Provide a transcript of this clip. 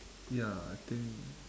ya I think